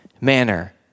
manner